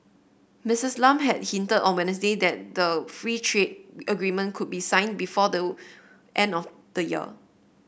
Missus Lam had hinted on Wednesday that the free trade agreement could be signed before the end of the year